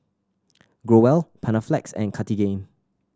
Growell Panaflex and Cartigain